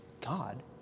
God